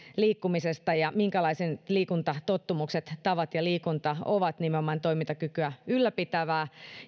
liikkumisesta ja minkälaiset liikuntatottumukset tavat ja liikunta ovat nimenomaan toimintakykyä ylläpitävää